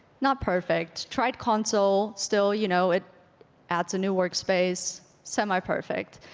not perfect, tried console, still you know it adds a new workspace, semi-perfect.